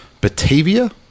Batavia